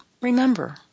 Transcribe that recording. remember